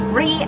re